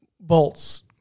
Bolts